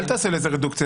אל תעשה לזה רדוקציה,